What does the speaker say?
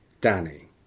Danny